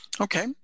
Okay